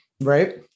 right